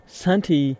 santi